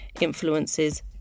influences